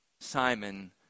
Simon